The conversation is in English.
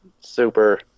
Super